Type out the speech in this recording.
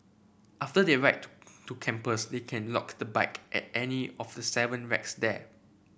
after they red to campus they can lock the bike at any of the seven racks there